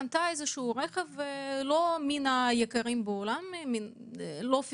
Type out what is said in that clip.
רכב לא מן היקרים כמו פרארי,